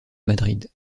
madrid